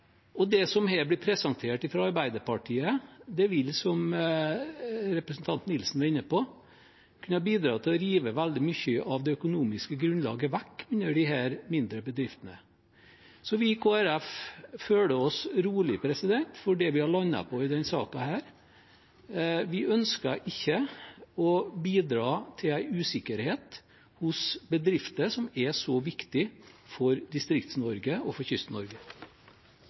Og det som har blitt presentert fra Arbeiderpartiet, vil – som representanten Nilsen var inne på – kunne bidra til å rive veldig mye av det økonomiske grunnlaget vekk under disse mindre bedriftene. Så vi i Kristelig Folkeparti føler oss rolige med hensyn til det vi har landet på i denne saken. Vi ønsker ikke å bidra til usikkerhet for bedrifter som er så viktige for Distrikts-Norge og for